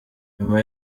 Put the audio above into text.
nyuma